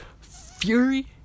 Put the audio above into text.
Fury